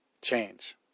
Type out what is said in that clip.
change